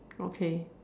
okay